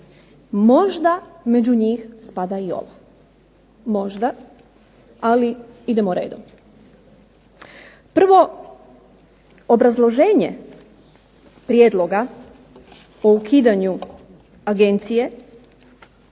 Možda među njih spada i ova, možda ali idemo redom. Prvo obrazloženje prijedloga o ukidanju Agencije